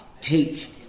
teach